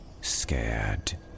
scared